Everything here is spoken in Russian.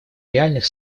реальных